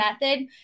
method